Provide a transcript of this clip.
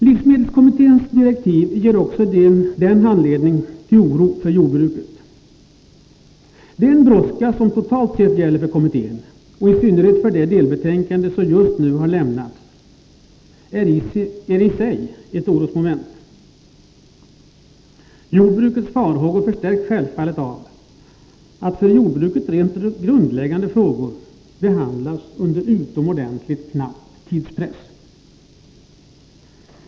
Livsmedelskommitténs direktiv ger också anledning till oro för jordbruket. Den brådska som totalt sett gäller för kommittén, och som i synnerhet har gällt för det delbetänkande som just nu har lämnats, är i sig ett orosmoment. Jordbrukets farhågor förstärks självfallet av att för jordbruket grundläggande frågor skall behandlas under utomordentligt hård tidspress.